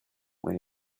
when